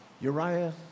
Uriah